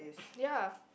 ya